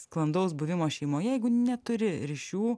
sklandaus buvimo šeimoje jeigu neturi ryšių